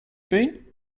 been